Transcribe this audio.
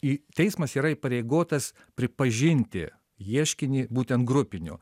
į teismas yra įpareigotas pripažinti ieškinį būtent grupiniu